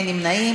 נא להצביע.